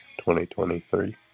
2023